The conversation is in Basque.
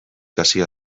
hasia